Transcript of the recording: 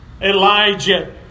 Elijah